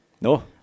No